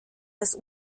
dass